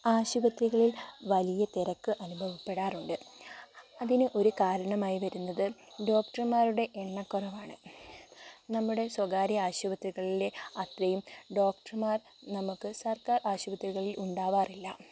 ആശുപത്രികളില് വലിയ തിരക്ക് അനുഭവപ്പെടാറുണ്ട് അതിനു ഒരു കാരണമായി വരുന്നത് ഡോക്ടര്മാരുടെ എണ്ണ കുറവാണ് നമ്മുടെ സ്വകാര്യ ആശുപത്രികളിലെ ഡോക്ടര്മാര് നമുക്ക് സര്ക്കാര് ആശുപത്രികളില് ഉണ്ടാവാറില്ല